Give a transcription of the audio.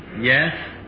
Yes